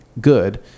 good